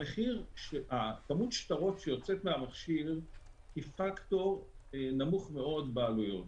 כמות השטרות שיוצאת מהמכשיר היא פקטור נמוך מאוד בעלויות.